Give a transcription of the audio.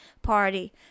party